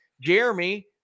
Jeremy